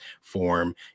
form